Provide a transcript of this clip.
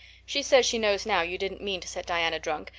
she says she knows now you didn't mean to set diana drunk,